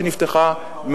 שנפתחה,